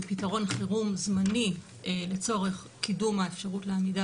הוא פתרון חירום זמני לצורך קידום האפשרות לעמידה